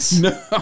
No